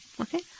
Okay